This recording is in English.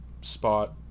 spot